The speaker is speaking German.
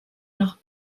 nach